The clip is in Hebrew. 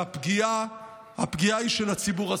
והפגיעה היא בציבור.